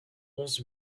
onze